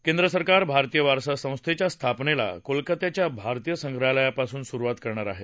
केंद्रसरकार भारतीय वारसा संस्थेच्या स्थापनेला कोलकात्याच्या भारतीय संप्रहालयापासून सुरुवात करणार आहे